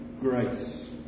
Grace